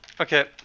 Okay